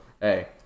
hey